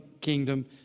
kingdom